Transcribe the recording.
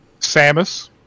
samus